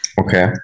Okay